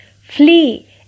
FLEE